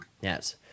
Yes